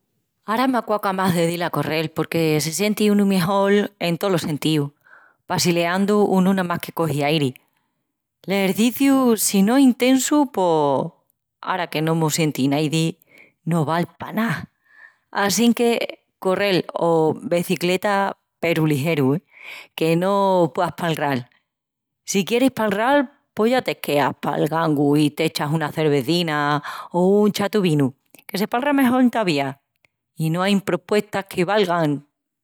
Ara m'aquaca más de dil a correl porque se sienti unu mejol en tolos sentíus. Passileandu unu namás que cogi airi. L'exerciciu si no es intesu pos, ara que no mos sienti naidi, no val pa ná. Assinque correl o becicleta peru ligeru, que no pueas palral. Si quieris palral pos ya queas pal gangu i t'echas una cervezina o un chatu vinu, que se palra mejol entovía. I no ain propuestas que valgan!